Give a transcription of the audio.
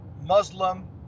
Muslim